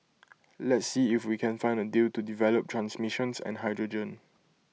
let's see if we can find A deal to develop transmissions and hydrogen